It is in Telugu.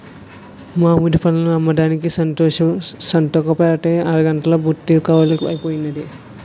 మామిడి పళ్ళను అమ్మడానికి సంతకుపోతే అరగంట్లో బుట్ట కాలీ అయిపోనాది